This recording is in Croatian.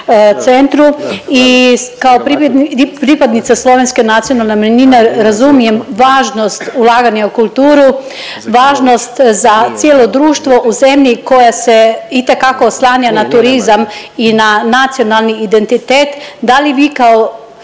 centru i kao pripadnica slovenske nacionalne manjine razumijem važnost ulaganja u kulturu, važnost za cijelo društvo u zemlji koja se itekako oslanja na turizam i na nacionalni identitet. Da li vi kao